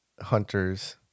hunters